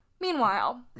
Meanwhile